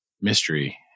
mystery